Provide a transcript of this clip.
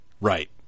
Right